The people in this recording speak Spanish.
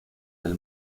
del